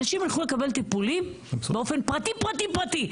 האנשים ילכו לקבל טיפולים באופן פרטי פרטי פרטי.